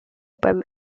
beim